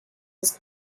was